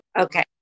Okay